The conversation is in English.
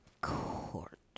court